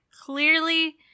clearly